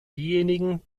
diejenigen